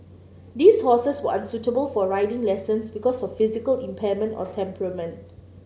these horses were unsuitable for riding lessons because of physical impairment or temperament